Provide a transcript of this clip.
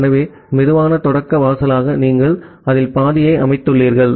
ஆகவே slow start வாசலாக நீங்கள் அதில் பாதியை அமைத்துள்ளீர்கள்